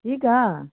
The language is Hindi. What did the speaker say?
ठीक हाँ